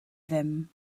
ddim